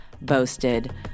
boasted